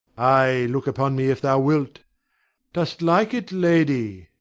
ay, look upon me if thou wilt dost like it, lady?